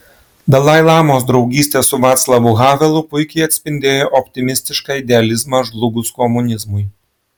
dalai lamos draugystė su vaclavu havelu puikiai atspindėjo optimistišką idealizmą žlugus komunizmui